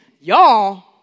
y'all